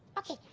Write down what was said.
okay,